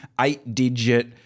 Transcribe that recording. eight-digit